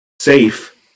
safe